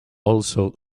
also